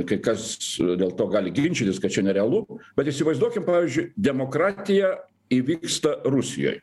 kai kas dėl to gali ginčytis kad čia nerealu bet įsivaizduokim pavyzdžiui demokratija įvyksta rusijoj